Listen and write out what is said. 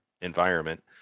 environment